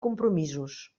compromisos